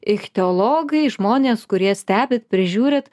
ichtiologai žmonės kurie stebit prižiūrit